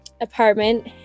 apartment